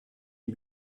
une